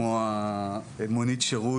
כמו המונית-שירות,